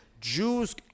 Jews